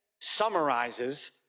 summarizes